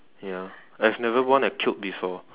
ya I have never worn a cube before